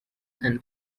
and